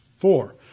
four